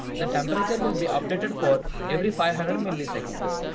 the temperature will be updated for every five hundred milliseconds.